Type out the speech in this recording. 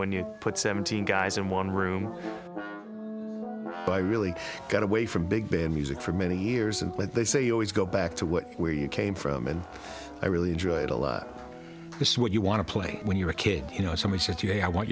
when you put seventeen guys in one room but i really got away from big band music for many years and they say you always go back to what where you came from and i really enjoy it a lot this what you want to play when you're a kid you know somebody said to you i want